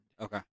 Okay